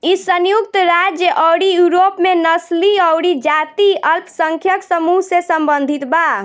इ संयुक्त राज्य अउरी यूरोप में नस्लीय अउरी जातीय अल्पसंख्यक समूह से सम्बंधित बा